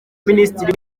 minisitiri